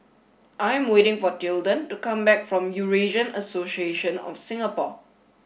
I am waiting for Tilden to come back from Eurasian Association of Singapore